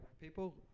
People